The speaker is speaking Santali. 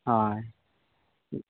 ᱦᱳᱭ